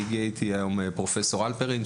הגיע איתי היום פרופ' הלפרן,